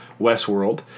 Westworld